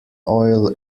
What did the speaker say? oil